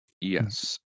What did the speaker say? Yes